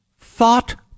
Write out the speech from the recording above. thought